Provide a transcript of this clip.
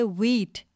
wheat